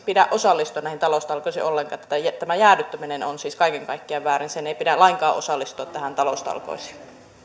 pidä osallistua näihin taloustalkoisiin ollenkaan että tämä jäädyttäminen on siis kaiken kaikkiaan väärin sen ei pidä lainkaan osallistua näihin taloustalkoisiin